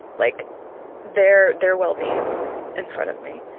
like their their well-being, in front of me.